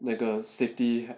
那个 safety